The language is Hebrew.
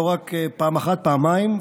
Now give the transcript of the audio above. לא רק פעם אחת, פעמיים.